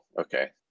okay